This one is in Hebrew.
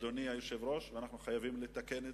אדוני היושב-ראש, שאנחנו חייבים לתקן אותה.